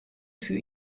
für